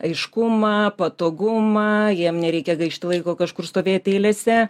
aiškumą patogumą jiem nereikia gaišti laiko kažkur stovėti eilėse